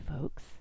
folks